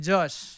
Josh